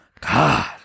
God